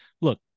look